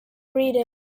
reading